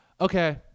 okay